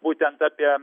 būtent apie